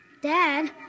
Dad